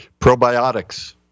Probiotics